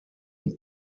und